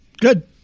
Good